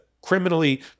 criminally